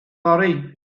fory